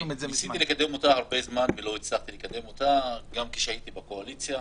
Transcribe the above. ניסיתי לקדם אותם הרבה זמן ולא הצלחתי גם כשהייתי בקואליציה.